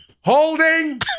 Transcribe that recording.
Holding